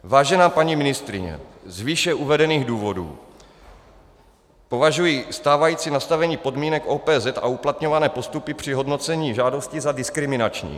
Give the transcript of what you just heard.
Vážená paní ministryně, z výše uvedených důvodů považuji stávající nastavení podmínek OPZ a uplatňované postupy při hodnocení žádostí za diskriminační.